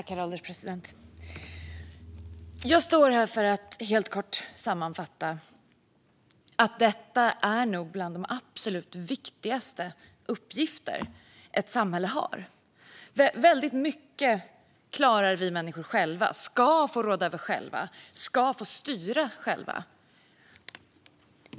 Herr ålderspresident! Jag står här för att helt kort sammanfatta: Detta är nog bland de absolut viktigaste uppgifter ett samhälle har. Väldigt mycket klarar vi människor själva, ska vi få råda över själva och ska vi få styra själva.